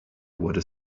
water